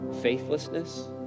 faithlessness